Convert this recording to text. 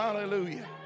Hallelujah